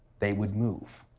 they would move.